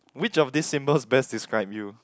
which of this symbols best describe you